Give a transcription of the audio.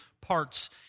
parts